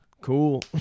cool